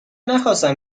نخواستم